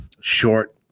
short